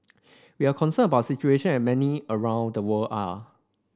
we are concerned about situation as many around the world are